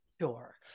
Sure